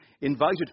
invited